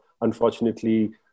unfortunately